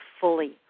fully